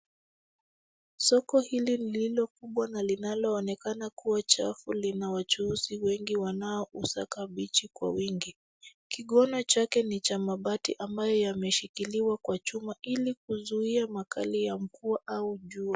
Soko hili lililokubwa na linaloonekana kuwa chafu linawachuuzi wengi wanaousaka vitu kwa wingi. Kigona chake ni cha mabati ambayo yameshikiliwa kwa chuma ili kuzuia makali ya vua au juwa.